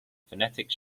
phonetic